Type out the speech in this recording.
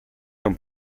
non